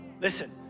listen